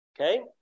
Okay